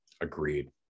Agreed